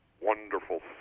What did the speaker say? wonderful